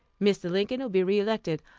mr. lincoln will be re-elected.